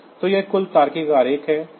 तो यह कुल तार्किक आरेख है